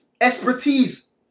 expertise